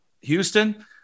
Houston